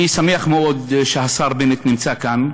אני שמח מאוד שהשר בנט נמצא כאן.